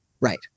right